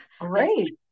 Great